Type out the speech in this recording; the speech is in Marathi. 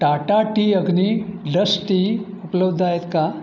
Tata tea Agni dust tea उपलब्ध आहेत का